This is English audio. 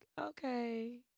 Okay